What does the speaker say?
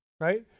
right